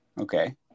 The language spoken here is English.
Okay